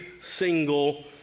single